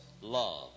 love